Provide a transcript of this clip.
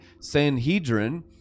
Sanhedrin